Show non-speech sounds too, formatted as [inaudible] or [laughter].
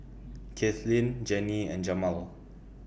[noise] Kathlyn Jenni and Jamal